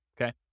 okay